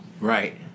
right